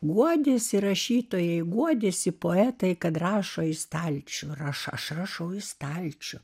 guodėsi rašytojai guodėsi poetai kad rašo į stalčių rašo aš rašau į stalčių